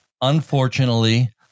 unfortunately